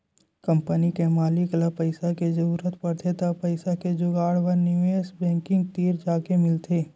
company के मालिक ल पइसा के जरूरत परथे त पइसा के जुगाड़ बर निवेस बेंकिग तीर जाके मिलथे